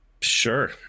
sure